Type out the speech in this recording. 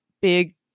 big